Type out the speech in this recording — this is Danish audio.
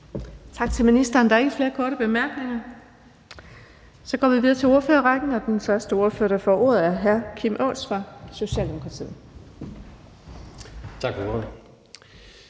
Tak til ministeren. Der er ikke flere korte bemærkninger. Så går vi videre til ordførerrækken, og den første ordfører, der får ordet, er hr. Kim Aas fra Socialdemokratiet. Kl.